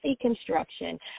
Construction